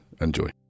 enjoy